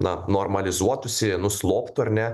na normalizuotųsi nusloptų ar ne